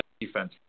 defense